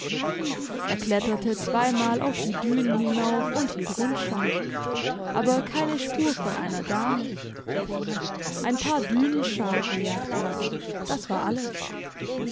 er kletterte zweimal auf die dünen hinauf und hielt rundschau aber keine spur von einer dame ein paar dünenschafe jagte er auf das war alles